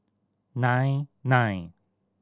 nine nine